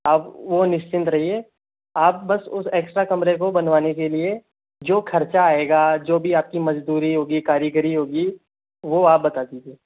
आप वो निश्चिंत रहिए आप बस उस एक्स्ट्रा कमरे का बनवाने के लिए जो खर्चा आएगा जो भी आपकी मज़दूरी होगी कारीगरी होगी वो आप बता दीजिए